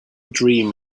dream